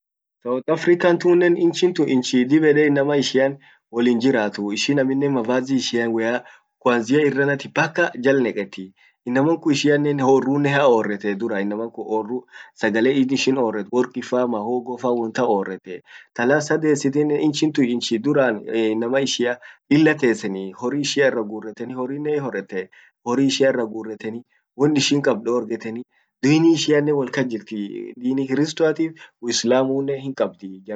South African tunnen incin tun inchi dib ede inaman ishian wollin jiratuu. Ishin amminen mavazi ishian woyya kwanzia irrana paka jal neketii. Inaman kun ishianen orrunen haorrete duran, inaman kun orru sagale ishin orret workifa, mahogofa, won tan orrete. inchin tun inchi duran inama ishian lila teseni. horri ishia irra gurreteni ,amminen hiorette, horri ishia irra gurreteni ,won ishin kabd dorgeteni dini ishiannen wolkas jirt dini krtistoati ,uislamunen hinkabd.